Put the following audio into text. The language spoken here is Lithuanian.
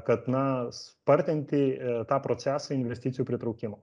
kad na spartinti tą procesą investicijų pritraukimo